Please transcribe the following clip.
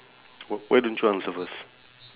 w~ why don't you answer first